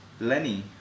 Lenny